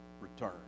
return